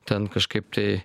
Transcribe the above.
ten kažkaip tai